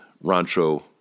Rancho